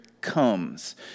comes